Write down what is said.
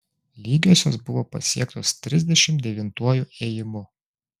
lygiosios buvo pasiektos trisdešimt devintuoju ėjimu